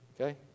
Okay